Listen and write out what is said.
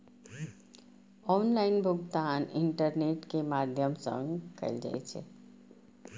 online भुगतान internet के माध्यम सं कैल जाइ छै